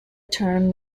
term